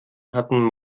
hatten